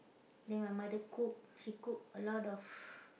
then my mother cook she cook a lot of